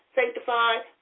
sanctified